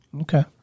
Okay